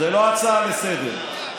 זו לא הצעה לסדר-היום,